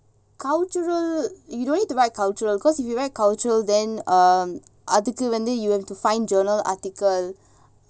cultural you don't need to write cultural cause you write cultural then um அதுக்குவந்து:adhuku vandhu you have to find journal article